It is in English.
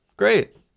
great